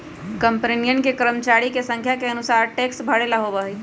कंपनियन के कर्मचरिया के संख्या के अनुसार टैक्स भरे ला होबा हई